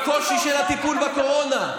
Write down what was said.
בקושי של הטיפול בקורונה.